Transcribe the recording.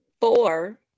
four